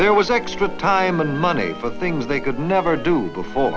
there was extra time and money for things they could never do before